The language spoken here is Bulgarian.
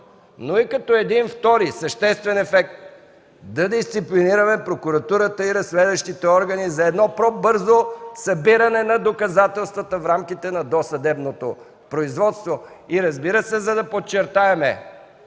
но и като един втори, съществен ефект да дисциплинираме прокуратурата и разследващите органи за едно по-бързо събиране на доказателствата в рамките на досъдебното производство и, разбира се, за да подчертаем,